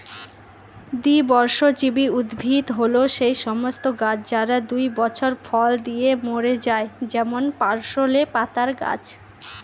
দ্বিবর্ষজীবী উদ্ভিদ হল সেই সমস্ত গাছ যারা দুই বছর ফল দিয়ে মরে যায় যেমন পার্সলে পাতার গাছ